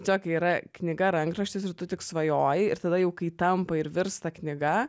tiesiog yra knyga rankraštis ir tu tik svajoji ir tada jau kai tampa ir virsta knyga